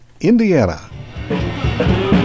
Indiana